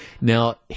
Now